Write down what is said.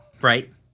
right